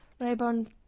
Rayburn